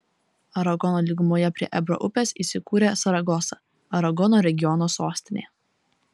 aragono lygumoje prie ebro upės įsikūrė saragosa aragono regiono sostinė